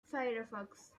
firefox